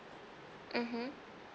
mmhmm